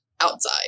outside